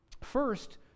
First